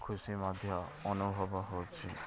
ଖୁସି ମଧ୍ୟ ଅନୁଭବ ହେଉଛି